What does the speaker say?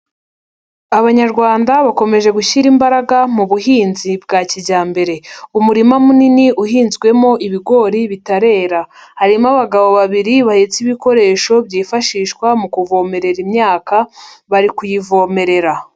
Abanyarwanda bakomeje gushyira imbaraga mu buhinzi bwa kijyambere, umurima munini uhinzwemo ibigori bitarera, harimo abagabo babiri bahetse ibikoresho byifashishwa mu kuvomerera imyaka bari kuyivomerera.